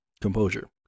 composure